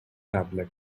tablet